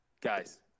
Guys